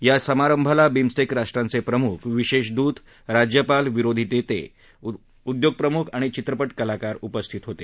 या समारंभाला बिमस्टेक राष्ट्रांचे प्रमुख विशेष दूत राज्यपाल विरोधी नेते उद्योग प्रमुख आणि चित्रपट कलकार उपस्थित होते